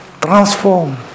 transform